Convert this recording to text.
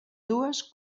dues